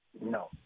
No